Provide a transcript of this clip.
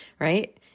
Right